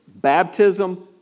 Baptism